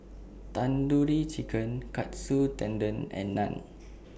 Tandoori Chicken Katsu Tendon and Naan